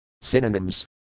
Synonyms